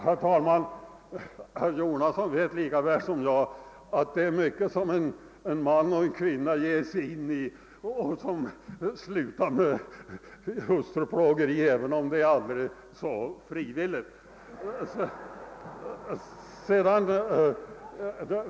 Herr talman! Herr Jonasson vet lika bra som jag, att det är mycket som en man och kvinna ger sig in i som slutar med hustruplågeri, även om det är aldrig så frivilligt!